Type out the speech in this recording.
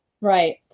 right